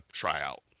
tryout